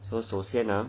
so 首先 ah